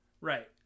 Right